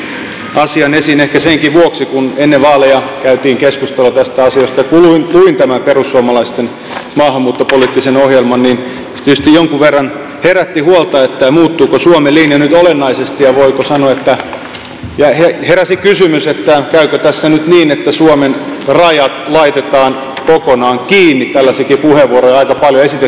otin asian esiin ehkä senkin vuoksi että kun ennen vaaleja käytiin keskustelua tästä asiasta ja kun luin tämän perussuomalaisten maahanmuuttopoliittisen ohjelman niin se tietysti jonkun verran herätti huolta siitä muuttuuko suomen linja nyt olennaisesti ja heräsi kysymys käykö tässä nyt niin että suomen rajat laitetaan kokonaan kiinni tällaisiakin puheenvuoroja aika paljon esitettiin perussuomalaisten rivistä